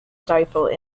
stifle